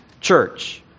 church